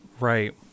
Right